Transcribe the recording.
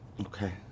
Okay